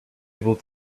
able